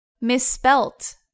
misspelt